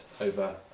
over